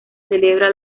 celebra